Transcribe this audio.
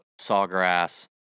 Sawgrass